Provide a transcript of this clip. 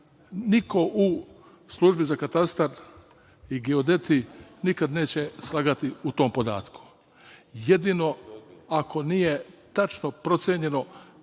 niko u Službi za katastar i geodeti nikad neće slagati u tom podatku. Jedino ako nije tačno procenjeno